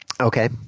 Okay